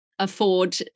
afford